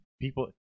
people